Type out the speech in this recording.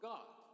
God